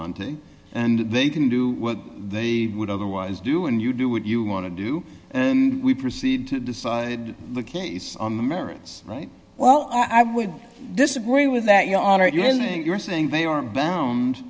ante and they didn't do what they would otherwise do and you do what you want to do and we proceed to decide the case on the merits right well i would disagree with that you are using you're saying they aren't bound